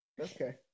Okay